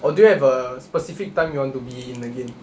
or do you have a specific time you want to be in again